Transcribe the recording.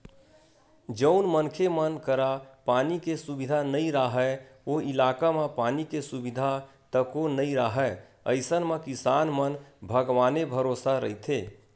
जउन मनखे मन करा पानी के सुबिधा नइ राहय ओ इलाका म पानी के सुबिधा तको नइ राहय अइसन म किसान मन भगवाने भरोसा रहिथे